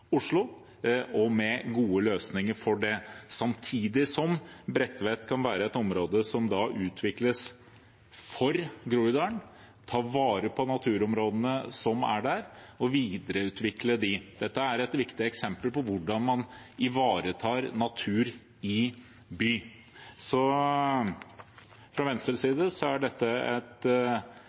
Samtidig kan Bredtvet være et område som utvikles for Groruddalen, man skal ta vare på naturområdene som er der, og videreutvikle dem. Dette er et viktig eksempel på hvordan man ivaretar natur i by. Så fra Venstres side ser vi dette som en god løsning, og det er et